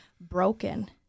broken